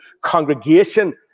congregation